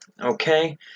okay